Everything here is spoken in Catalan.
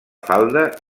falda